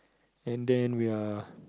and then we are